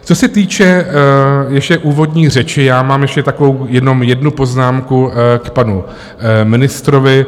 Co se týče ještě úvodní řeči, mám ještě takovou jenom jednu poznámku k panu ministrovi.